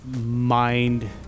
mind